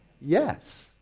Yes